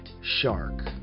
Shark